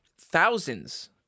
thousands